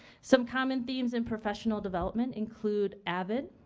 some common themes in professional development include avid,